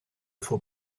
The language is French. faut